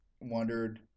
wondered